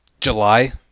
July